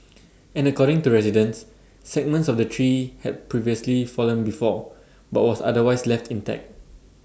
and according to residents segments of the tree had previously fallen before but was otherwise left intact